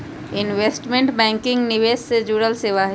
investment banking निवेश से जुड़ल सेवा हई